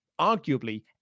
arguably